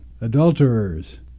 adulterers